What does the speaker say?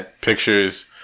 pictures